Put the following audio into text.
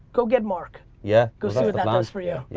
go get mark. yeah go see what that does for you. yeah